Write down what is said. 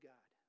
God